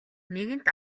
нэгэнт